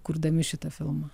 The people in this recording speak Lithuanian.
kurdami šitą filmą